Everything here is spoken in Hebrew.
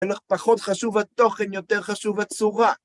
אומר לך, פחות חשוב התוכן, יותר חשוב הצורה.